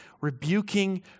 rebuking